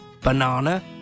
banana